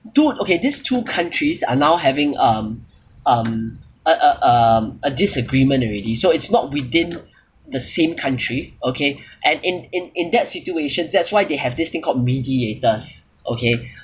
two okay this two countries are now having um um uh uh um a disagreement already so it's not within the same country okay and in in in that situation that's why they have this thing called mediators okay